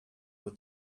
were